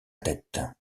tête